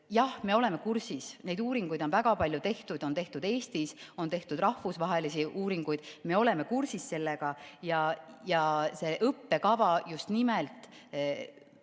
Jah, me oleme kursis, neid uuringuid on väga palju tehtud, on tehtud Eestis, on tehtud rahvusvahelisi uuringuid. Me oleme kursis sellega ja see õppekava just nimelt